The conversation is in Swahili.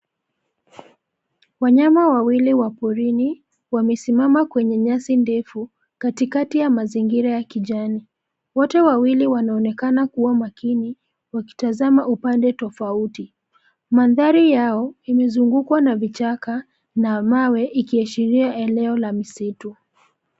Wanyama wawili wa porini, wamesimama kwenye nyasi ndefu, katikati ya mazingira ya kijani. Wote wawili wanaonekana kuwa makini, wakitazama upande tofauti. Mandhari yao, imezungukwa na vichaka, na mawe, ikiashiria eneo la misitu.